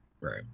right